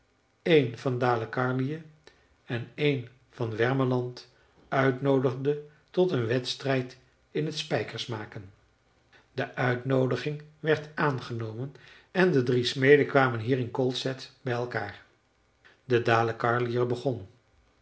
een van dalecarlië en een van wermeland uitnoodigde tot een wedstrijd in t spijkers maken de uitnoodiging werd aangenomen en de drie smeden kwamen hier in kolsätt bij elkaar de dalecarliër begon